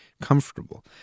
comfortable